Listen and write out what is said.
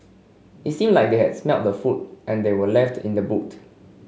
it seemed like they had smelt the food and they were left in the boot